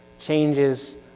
changes